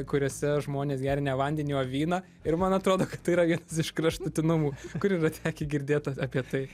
kuriose žmonės geria ne vandenį o vyną ir man atrodo kad tai yra vienas iš kraštutinumų kur yra tekę girdėti apie tai